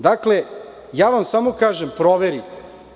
Dakle, ja vam samo kažem – proverite.